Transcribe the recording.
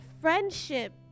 friendship